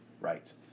Right